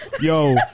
Yo